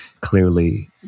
clearly